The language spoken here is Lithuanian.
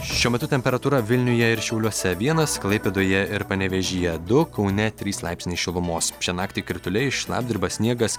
šiuo metu temperatūra vilniuje ir šiauliuose vienas klaipėdoje ir panevėžyje du kaune trys laipsniai šilumos šią naktį krituliai šlapdriba sniegas